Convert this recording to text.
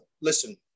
listen